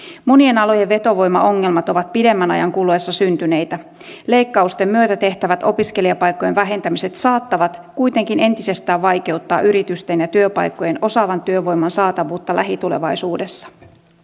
monien alojen vetovoimaongelmat ovat pidemmän ajan kuluessa syntyneitä leikkausten myötä tehtävät opiskelijapaikkojen vähentämiset saattavat kuitenkin entisestään vaikeuttaa yritysten ja työpaikkojen osaavan työvoiman saatavuutta lähitulevaisuudessa